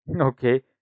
Okay